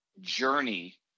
journey